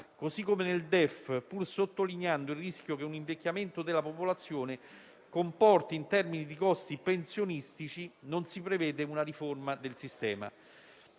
modo nel DEF, pur sottolineando i rischi che un invecchiamento della popolazione comporta in termini di costi pensionistici, non si prevede una riforma del sistema.